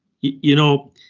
you know?